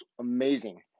amazing